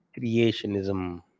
creationism